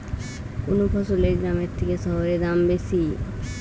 কোন ফসলের গ্রামের থেকে শহরে দাম বেশি?